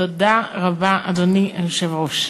אדוני היושב-ראש,